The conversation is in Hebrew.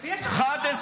יש הוכחות.